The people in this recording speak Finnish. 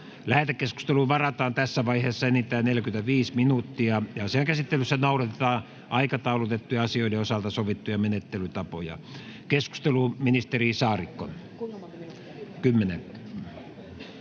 Lähetekeskusteluun varataan tässä vaiheessa enintään 45 minuuttia. Asian käsittelyssä noudatetaan aikataulutettujen asioiden osalta sovittuja menettelytapoja. — Keskustelu, ministeri Saarikko.